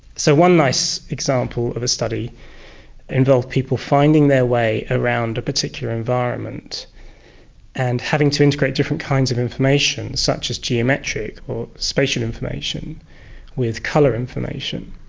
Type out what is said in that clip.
so one nice example of a study involved people finding their way around a particular environment and having to integrate different kinds of information such as geometric or spatial information with colour information.